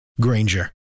Granger